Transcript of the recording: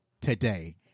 today